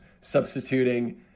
substituting